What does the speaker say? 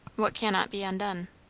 what cannot be undone.